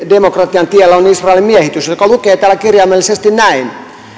demokratian tiellä on israelin miehitys mikä lukee täällä kirjaimellisesti näin